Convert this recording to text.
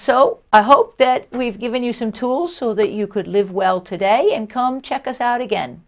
so i hope that we've given you some tools so that you could live well today and come check us out again